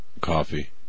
coffee